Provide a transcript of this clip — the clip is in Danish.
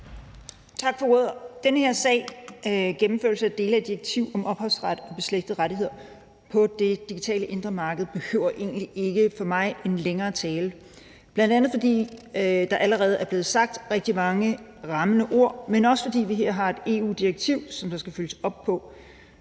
sag, der drejer sig om gennemførelse af dele af direktiv om ophavsret og beslægtede rettigheder på det digitale indre marked, behøver egentlig ikke for mig en længere tale, bl.a. fordi der allerede er blevet sagt rigtig mange rammende ord, men også, fordi vi har et EU-direktiv, som der skal følges op på